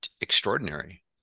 extraordinary